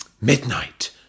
Midnight